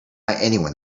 anyone